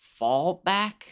fallback